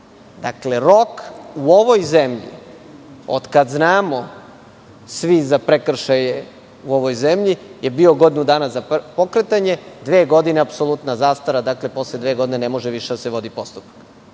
Dakle, rok u ovoj zemlji, od kada znamo svi za prekršaje u ovoj zemlji, je bio godinu dana za pokretanje, dve godine je apsolutna zastarelost, dakle, posle dve godine ne može više da se vodi postupak. Ljudi,